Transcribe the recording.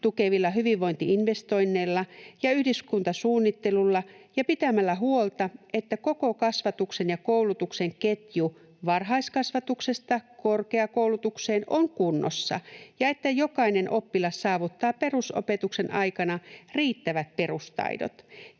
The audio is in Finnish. tukevilla hyvinvointi-investoinneilla ja yhdyskuntasuunnittelulla ja pitämällä huolta, että koko kasvatuksen ja koulutuksen ketju varhaiskasvatuksesta korkeakoulutukseen on kunnossa ja että jokainen oppilas saavuttaa perusopetuksen aikana riittävät perustaidot.